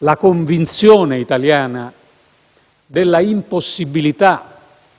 la convinzione italiana dell'impossibilità